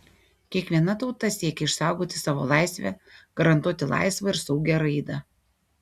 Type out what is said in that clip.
kiekviena tauta siekia išsaugoti savo laisvę garantuoti laisvą ir saugią raidą